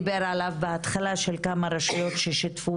דיבר עליו בהתחלה של כמה רשויות ששיתפו